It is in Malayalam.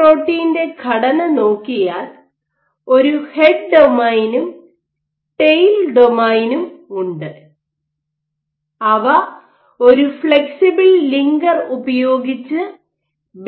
ഈ പ്രോട്ടീൻറെ ഘടന നോക്കിയാൽ ഒരു ഹെഡ് ഡൊമെയ്നും ടെയിൽ ഡൊമെയ്നും head domain and tail domain ഉണ്ട് അവ ഒരു ഫ്ലെക്സിബിൾ ലിങ്കർ ഉപയോഗിച്ച്